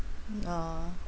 ya